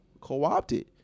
co-opted